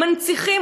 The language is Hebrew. מנציחים.